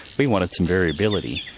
we wanted some variability,